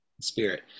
spirit